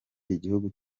igihugu